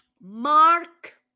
Mark